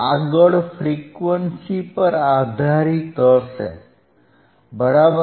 આગળ ફ્રીક્વન્સી પર આધારિત હશે બરાબર